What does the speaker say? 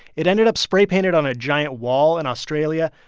it ended up spray-painted on a giant wall in australia.